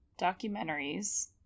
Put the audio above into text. documentaries